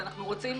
אנחנו רוצים